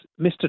Mr